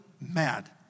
mad